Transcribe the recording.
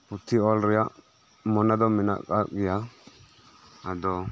ᱯᱩᱛᱷᱤ ᱚᱞ ᱨᱮᱭᱟᱜ ᱢᱚᱱᱮ ᱫᱚ ᱢᱮᱱᱟᱜ ᱠᱟᱜ ᱜᱮᱭᱟ ᱟᱫᱚ